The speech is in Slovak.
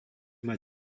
mať